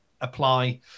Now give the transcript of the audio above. apply